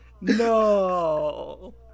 No